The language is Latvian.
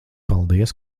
paldies